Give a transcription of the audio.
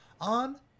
on